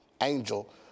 angel